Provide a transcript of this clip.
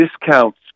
discounts